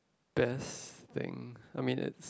best thing I mean is